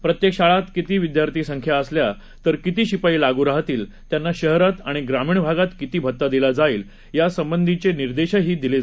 प्रत्येक शाळेत किती विद्यार्थी संख्या असल्या कर किती शिपाई लागू राहतील त्यांना शहरात आणि ग्रामीण भागात किती भत्ता दिला जाईल यासंबंधीचे निर्देशही दिले आहेत